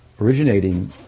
originating